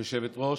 היושבת-ראש,